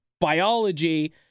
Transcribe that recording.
biology